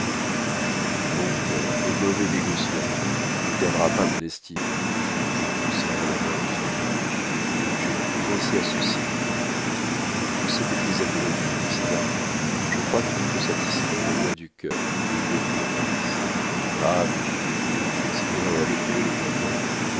bon cœur et mauvais négociant tu ne perdras pas mon estime dit le juge en serrant la main de son neveu j'ai beaucoup pensé à ceci reprit-il je sais que tu es amoureux-fou de césarine je crois que tu peux satisfaire aux lois du cœur et aux lois du commerce ah mon oncle si vous en avez trouvé le moyen